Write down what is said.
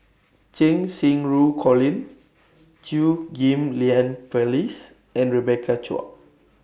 Cheng Xinru Colin Chew Ghim Lian Phyllis and Rebecca Chua